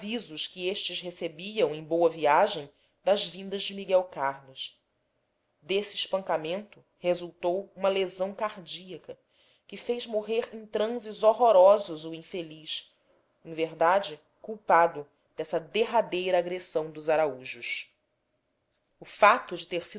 avisos que estes recebiam em boa viagem das vindas de miguel carlos desse espancamento resultou uma lesão cardíaca que fez morrer em transes horrorosos o infeliz em verdade culpado dessa derradeira agressão dos araújos o fato de ter